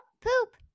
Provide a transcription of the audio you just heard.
poop